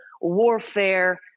Warfare